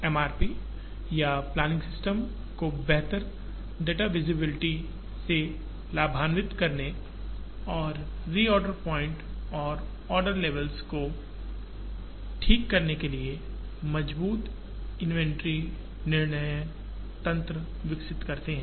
MRP या planning system को बेहतर डेटा विजिबिलिटी से लाभान्वित करने और री आर्डर पॉइंट और आर्डर लेवल्स को ठीक करने के लिए मजबूत इन्वेंट्री नियंत्रण तंत्र विकसित करते है